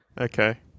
Okay